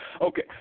Okay